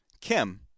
Kim